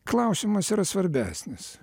klausimas yra svarbesnis